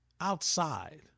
outside